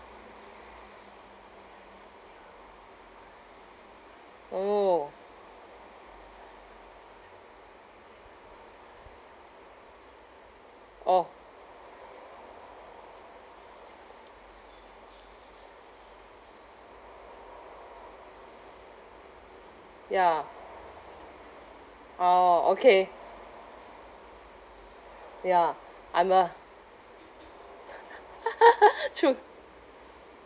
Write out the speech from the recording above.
orh orh ya orh okay ya I'm a true